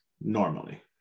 normally